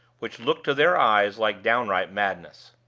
which looked to their eyes like downright madness.